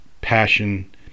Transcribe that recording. passion